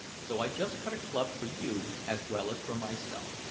so i just cut a club for you as well as for myself.